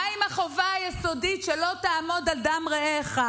מה עם החובה היסודית של "לא תעמוד על דם רעך"?